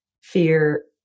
fear